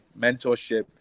Mentorship